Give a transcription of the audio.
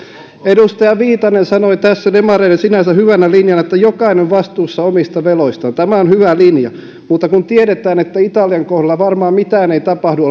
edustaja viitanen sanoi tässä demareiden sinänsä hyvänä linjana että jokainen on vastuussa omista veloistaan tämä on hyvä linja mutta kun tiedetään että italian kohdalla varmaan mitään ei tapahdu